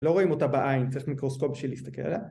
לא רואים אותה בעין, צריך מיקרוסקופ בשביל להסתכל עליה